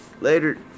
Later